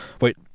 Wait